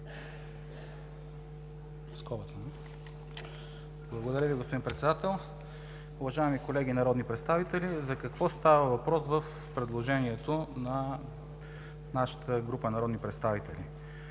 Благодаря Ви, господин Председател. Уважаеми колеги народни представители! За какво става въпрос в предложението на нашата група народни представители?